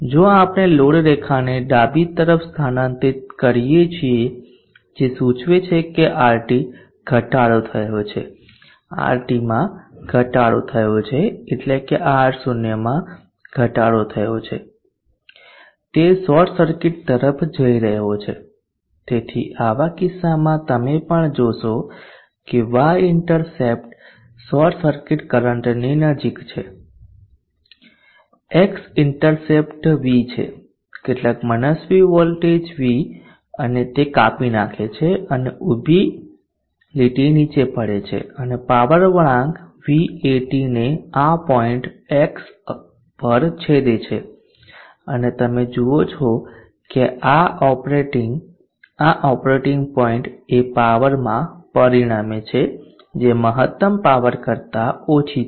જો આપણે લોડ રેખાને ડાબી તરફ સ્થાનાંતરિત કરીએ છીએ જે સૂચવે છે કે RT ઘટાડો થયો છે RT ઘટાડો થાય છે એટલે કે R0માં ઘટાડો થયો છે તે શોર્ટ સર્કિટ તરફ જઈ રહ્યો છે તેથી આવા કિસ્સામાં તમે પણ જોશો કે y intercept short circuit current ની નજીક છે x ઇન્ટરસેપ્ટ V છે કેટલાક મનસ્વી વોલ્ટેજ V અને તે કાપી નાખે છે અને ઊભી લીટી નીચે પડે છે અને પાવર વળાંક vat ને આ પોઈન્ટ X પર છેદે છે અને તમે જુઓ છો કે આ ઓપરેટિંગ આ ઓપરેટિંગ પોઈન્ટ એ પાવરમાં પરિણમે છે જે મહત્તમ પાવર કરતા ઓછી છે